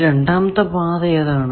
ഈ രണ്ടാമത്തെ പാത ഏതാണ്